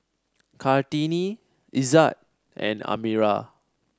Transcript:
Kartini Izzat and Amirah